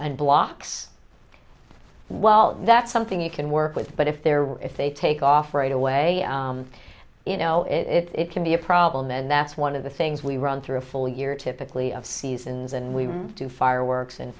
blocks well that's something you can work with but if they're if they take off right away you know it it can be a problem and that's one of the things we run through a full year typically of seasons and we do fireworks and